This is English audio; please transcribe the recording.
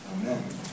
Amen